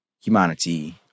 humanity